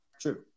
true